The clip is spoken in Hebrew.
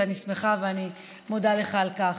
ואני שמחה ומודה לך על כך.